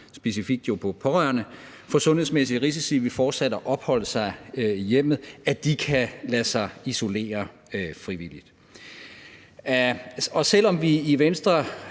specifikt på pårørende, for sundhedsmæssige risici ved fortsat at opholde sig i hjemmet, kan lade sig isolere frivilligt. Selv om vi i Venstre